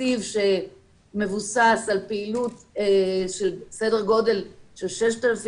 מתקציב שמבוסס על פעילות בסדר גודל של 6,000,